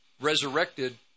resurrected